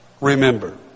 Remember